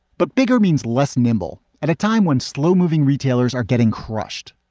but bigger means less nimble at a time when slow moving retailers are getting crushed.